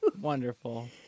Wonderful